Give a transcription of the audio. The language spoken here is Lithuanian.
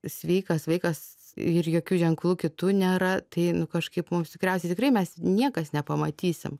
sveikas vaikas ir jokių ženklų kitų nėra tai kažkaip mums tikriausiai tikrai mes niekas nepamatysim